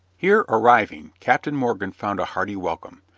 here, arriving, captain morgan found a hearty welcome,